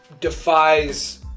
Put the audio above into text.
defies